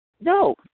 No